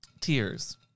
Tears